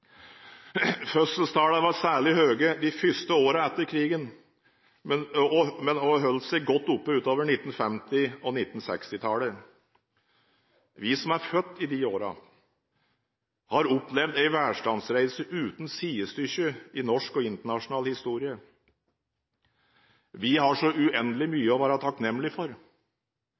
Fødselstallene var særlig høye de første årene etter krigen, men holdt seg godt oppe utover 1950- og 1960-tallet. Vi som er født i disse årene, har opplevd en velstandsreise uten sidestykke i norsk og internasjonal historie. Vi har så uendelig mye å være takknemlig for. Den takknemligheten må vi bære med oss i det vi gjør for